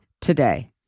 today